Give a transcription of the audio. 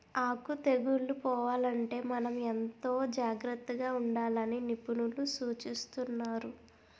ఆకు తెగుళ్ళు పోవాలంటే మనం ఎంతో జాగ్రత్తగా ఉండాలని నిపుణులు సూచిస్తున్నారు